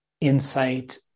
insight